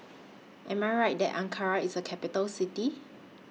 Am I Right that Ankara IS A Capital City